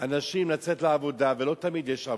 אנשים לצאת לעבודה, ולא תמיד יש עבודה,